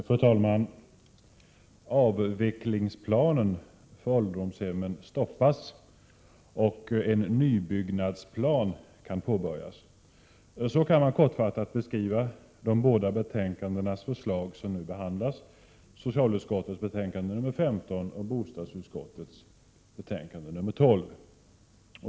Fru talman! Avvecklingsplanen för ålderdomshemmen stoppas, och en nybyggnadsplan kan påbörjas. Så kan man kortfattat beskriva förslagen i de båda betänkanden som nu behandlas, nämligen socialutskottets betänkande nr 15 och bostadsutskottets betänkande nr 12.